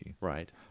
Right